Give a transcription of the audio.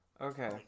okay